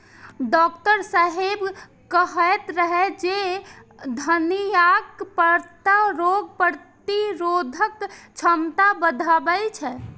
doctor साहेब कहैत रहै जे धनियाक पत्ता रोग प्रतिरोधक क्षमता बढ़बै छै